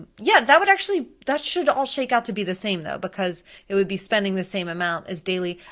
yeah, that would actually, that should all shake out to be the same though, because it would be spending the same amount as daily.